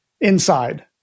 inside